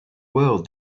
world